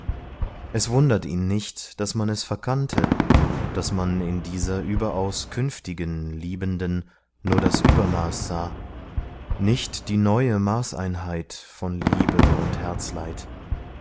es wundert ihn nicht daß man es verkannte daß man in dieser überaus künftigen liebenden nur das übermaß sah nicht die neue maßeinheit von liebe und